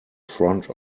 front